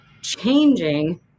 changing